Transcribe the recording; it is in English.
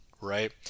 right